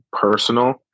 personal